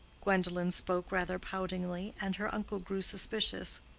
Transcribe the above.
gwendolen spoke rather poutingly, and her uncle grew suspicious.